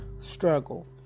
struggle